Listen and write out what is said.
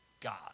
God